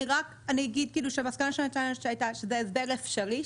אני רק אגיד שהמסקנה הייתה שזה הסבר אפשרי,